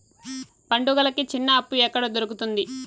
పండుగలకి చిన్న అప్పు ఎక్కడ దొరుకుతుంది